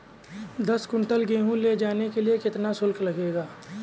दस कुंटल गेहूँ ले जाने के लिए कितना शुल्क लगेगा?